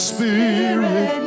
Spirit